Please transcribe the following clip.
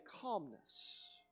calmness